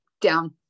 Down